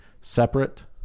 separate